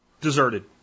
deserted